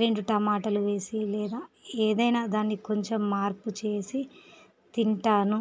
రెండు టమాటాలు వేసి లేదా ఏదైన దాన్ని కొంచెం మార్పు చేసి తింటాను